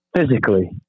physically